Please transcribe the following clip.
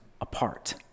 apart